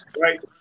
right